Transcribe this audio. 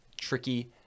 tricky